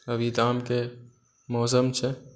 अभी तऽ आमके मौसम छै